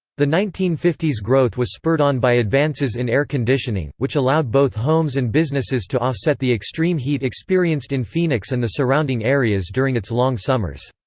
the nineteen fifty s growth was spurred on by advances in air conditioning, which allowed both homes and businesses to offset the extreme heat experienced in phoenix and the surrounding areas during its long summers.